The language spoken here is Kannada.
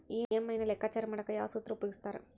ಇ.ಎಂ.ಐ ನ ಲೆಕ್ಕಾಚಾರ ಮಾಡಕ ಯಾವ್ ಸೂತ್ರ ಉಪಯೋಗಿಸ್ತಾರ